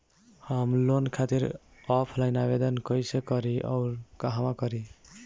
हम लोन खातिर ऑफलाइन आवेदन कइसे करि अउर कहवा करी?